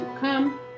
come